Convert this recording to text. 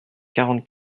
quarante